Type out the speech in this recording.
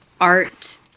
art